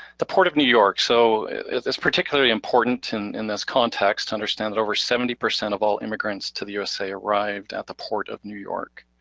the port of new york, so it's particular important in in this context to understand that over seventy percent of all immigrants to the usa arrived at the port of new york.